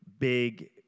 big